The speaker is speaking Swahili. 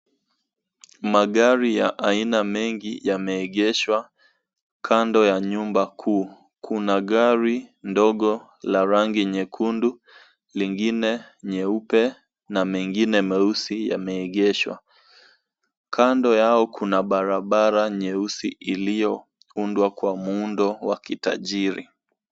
Magari ya aina mengi yameegeshwa kando ya nyumba kuu. Kuna gari ndogo la rangi nyekundu, lingine nyeupe na mengine muesi yameegeshwa. Kando yao kuna barabara nyeusi iliyoundwa kwa muundo wa kitajiri.